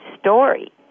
story